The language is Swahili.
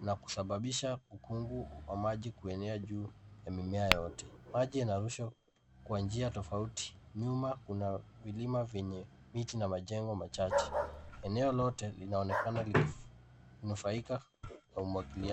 na kusababisha ukungu wa maji kuenea juu ya mimea yote. Maji yanarushwa kwa njia tofauti. Nyuma kuna vilima vyenye miti na majengo machache. Eneo lote linaonekana likinufaika na umwagiliaji.